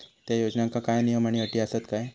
त्या योजनांका काय नियम आणि अटी आसत काय?